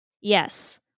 Yes